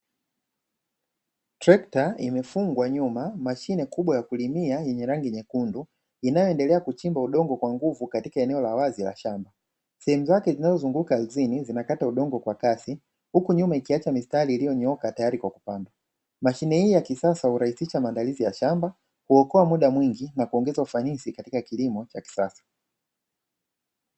Trekta imefungwa nyuma mashine kubwa ya kulimia yenye rangi nyekundu, inayoendelea kuchimba udongo kwa nguvu katika eneo la wazi la shamba. Sehemu zake zinazozunguka ardhini zinakata udongo kwa kasi, huku nyuma ikiacha mistari iliyonyooka tayari kwa kupanda. Mashine hii ya kisasa hurahisisha maandalizi ya shamba, huokoa muda mwingi na kuongeza ufanisi katika kilimo cha kisasa.